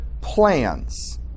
plans